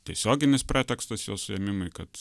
tiesioginis pretekstas jo suėmimui kad